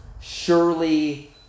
surely